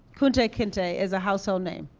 kunta kinte is a household name.